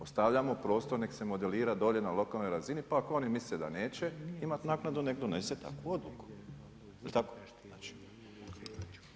Ostavljamo prostor nek' se modelira dolje na lokalnoj razini pa ako oni misle da neće imati naknadu, nek' donese takvu odluku, jel' tako?